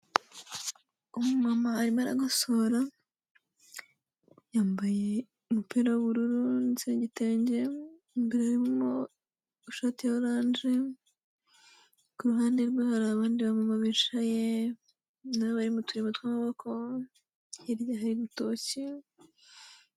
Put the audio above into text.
Umumama arimo aragosora, yambaye umupira w'ubururu tse n'igitenge, imbere harimo ishati ya oranje, ku ruhande rwe hari abandi bamama bicaye na bo bari mu turimo tw'amaboko, hirya hari ibitoki.